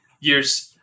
years